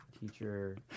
teacher